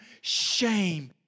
shame